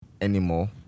anymore